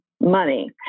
money